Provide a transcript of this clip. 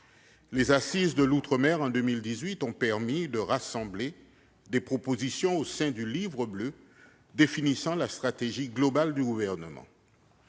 qui se sont tenues en 2018 ont permis de rassembler des propositions au sein du Livre bleu définissant la stratégie globale du Gouvernement.